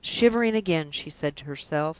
shivering again! she said to herself.